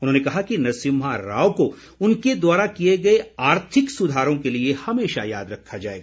उन्होंने कहा कि नरसिम्हा राव को उनके द्वारा किए गए आर्थिक सुधारों के लिए हमेशा याद रखा जाएगा